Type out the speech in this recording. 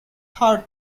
hurt